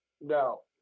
No